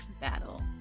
battle